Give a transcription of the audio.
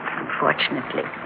unfortunately